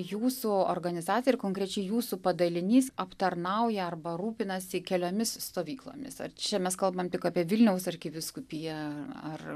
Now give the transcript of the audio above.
jūsų organizacija ir konkrečiai jūsų padalinys aptarnauja arba rūpinasi keliomis stovyklomis ar čia mes kalbam tik apie vilniaus arkivyskupiją ar